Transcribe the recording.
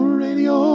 radio